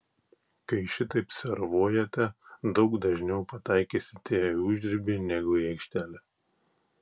kai šitaip servuojate daug dažniau pataikysite į užribį negu į aikštelę